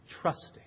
trusting